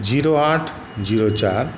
zero आठ zero चारि